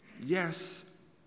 Yes